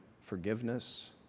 forgiveness